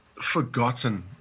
forgotten